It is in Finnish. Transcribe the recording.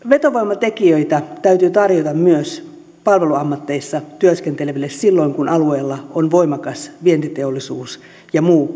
vetovoimatekijöitä täytyy tarjota myös palveluammateissa työskenteleville silloin kun alueella on voimakas vientiteollisuus ja muu